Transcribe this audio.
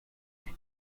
who